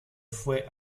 fue